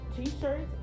T-shirts